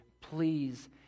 please